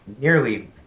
nearly